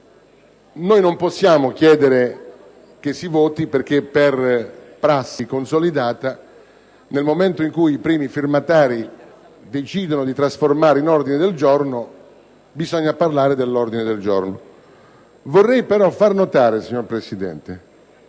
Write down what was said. Non possiamo chiedere che si voti perché, per prassi consolidata, nel momento in cui i primi firmatari decidono di trasformare un emendamento in ordine del giorno, bisogna parlare di quest'ultimo. Vorrei però far notare, signor Presidente,